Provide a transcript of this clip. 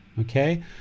Okay